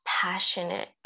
passionate